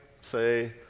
say